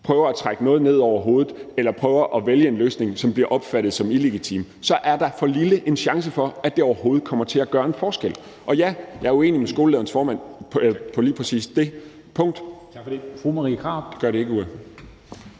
prøver at trække noget ned over hovedet på nogen eller vælger en løsning, som bliver opfattet som illegitim, så er der for lille en chance for, at det overhovedet kommer til at gøre en forskel. Og ja, jeg er uenig med skoleledernes formand på lige præcis det punkt. Kl. 10:40 Formanden (Henrik